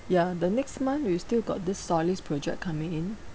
ya the next month we still got this solis project coming in